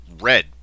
red